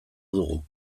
dugu